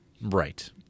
Right